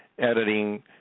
editing